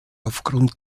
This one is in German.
aufgrund